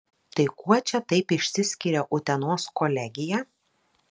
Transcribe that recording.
tai kuo čia taip išsiskiria utenos kolegija